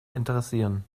interessieren